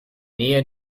nähe